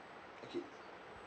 okay